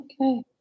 Okay